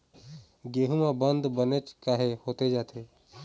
गेहूं म बंद बनेच काहे होथे जाथे?